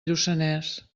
lluçanès